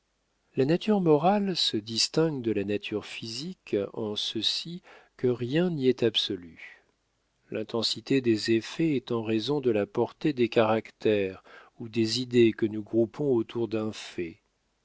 la nature morale se distingue de la nature physique en ceci que rien n'y est absolu l'intensité des effets est en raison de la portée des caractères ou des idées que nous groupons autour d'un